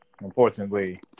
unfortunately